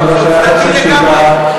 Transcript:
אני לא שייך לשקשוקה.